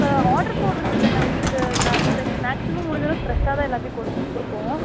order போடுறது இல்லைண்ண உங்களுக்கு நாங்கள் ஃப்ரெஷ் மேக்ஸிமம் முடிஞ்சளவுக்கு ஃப்ரெஷ்ஷாக தான் எல்லாத்தையும் குடுப் கொடுப்போம்